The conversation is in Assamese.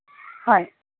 হয়